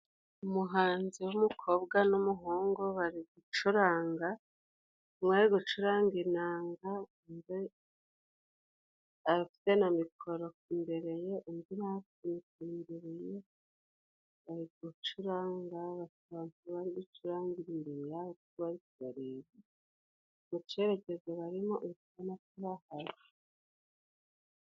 Umuhanzi w'umukobwa n'umuhungu bari gucuranga. Umwe ari gucuranga inanga undi afite na mikoro imbere ye, undi na we afite mikoro imbere ye bari gucuranga. Bakaba bari gucuranga imbere y 'abantu bari kubareba. Mu cyerekezo barimo uri kubona ko bahari.